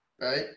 right